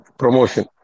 promotion